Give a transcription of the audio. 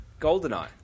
GoldenEye